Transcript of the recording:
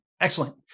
Excellent